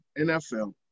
NFL